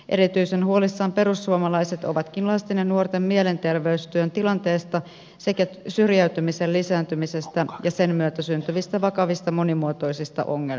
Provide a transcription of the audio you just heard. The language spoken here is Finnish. erityisen huolissaan perussuomalaiset ovatkin lasten ja nuorten mielenterveystyön tilanteesta sekä syrjäytymisen lisääntymisestä ja sen myötä syntyvistä vakavista monimuotoisista ongelmista